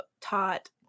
taught